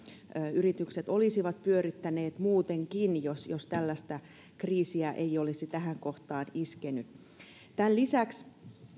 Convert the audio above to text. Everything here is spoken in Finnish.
yritykset olisivat pyörittäneet muutenkin jos jos tällaista kriisiä ei olisi tähän kohtaan iskenyt tämän lisäksi